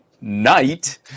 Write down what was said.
night